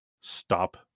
stop